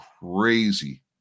crazy